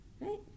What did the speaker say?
Right